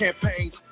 campaigns